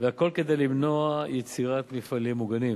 והכול כדי למנוע יצירת מפעלים מוגנים.